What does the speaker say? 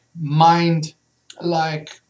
mind-like